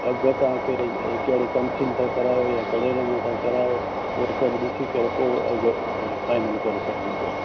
अघु तव्हांखे ए कहिड़े कमसिन था करायो या कहिड़े नमूने था करायो उहो सभ ॾिसी करे पोइ अघु फाइनल करे सघिजे थो